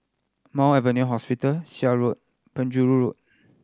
Mount Alvernia Hospital Seah Road Penjuru Road